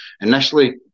initially